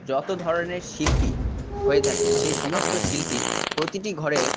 যত ধরনের শিল্পী হয়ে থাকে সেই সমস্ত শিল্পী প্রতিটি ঘরের